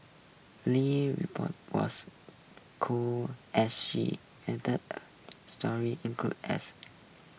Lee's was as she narrated story include as